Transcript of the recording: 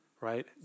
right